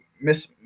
miss